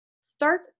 start